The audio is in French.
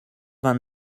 vingt